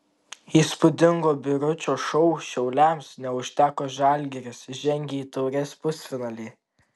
įspūdingo biručio šou šiauliams neužteko žalgiris žengė į taurės pusfinalį